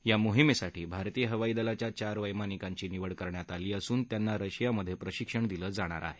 या मोहिमेसाठी भारतीय हवाई दलाच्या चार वैमानिकांची निवड करण्यात आली असून त्यांना रशियामधे प्रशिक्षण दिलं जाणार आहे